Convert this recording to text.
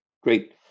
great